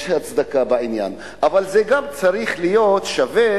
יש הצדקה לעניין, אבל גם זה צריך להיות שווה.